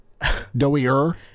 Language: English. doughier